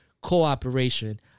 cooperation